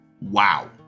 Wow